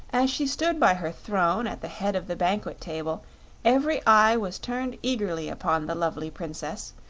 as she stood by her throne at the head of the banquet table every eye was turned eagerly upon the lovely princess,